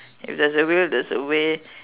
if there is a will there is a way